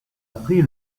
appris